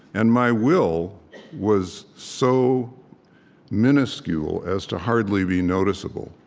and my will was so miniscule as to hardly be noticeable.